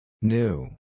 New